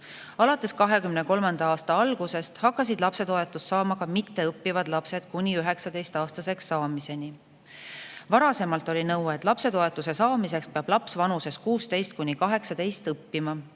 Alates 2023. aasta algusest hakkasid lapsetoetust saama ka mitteõppivad lapsed kuni 19‑aastaseks saamiseni. Varasemalt oli nõue, et lapsetoetuse saamiseks peab laps vanuses 16 kuni 18 õppima,